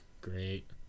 great